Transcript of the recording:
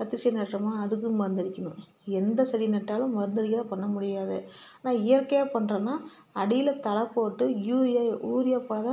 கத்திரிச்செடி நடுறோமா அதுக்கு மருந்தடிக்கணும் எந்த செடி நட்டாலும் மருந்தடிக்காத பண்ண முடியாது ஆனால் இயற்கையாக பண்ணுறோன்னா அடியில் தழை போட்டு யூரியா யூரியா போடாத